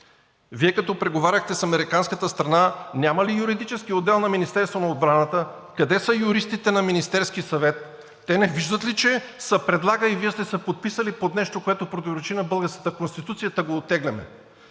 Вие като преговаряхте с американската страна, няма ли юридически отдел на Министерството на отбраната, къде са юристите на Министерския съвет? Те не виждат ли, че се предлага и Вие сте се подписали под нещо, което противоречи на българската Конституция, та го оттегляме?